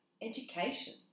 education